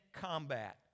combat